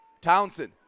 Townsend